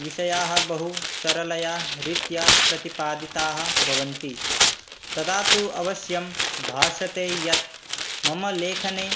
विषयाः बहु सरलया रीत्या प्रतिपादिताः भवन्ति तदा तु अवश्यं भाषते यत् मम लेखने